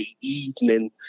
evening